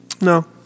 No